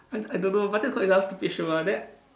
I I don't know but I think it's quite another stupid show ah then